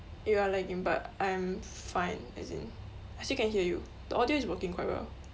you are lagging but I am fine as in I still can hear you the audio is working quite well